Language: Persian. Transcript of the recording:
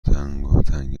تنگاتنگ